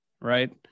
right